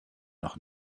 noch